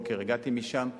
הבוקר הגעתי משם,